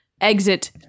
exit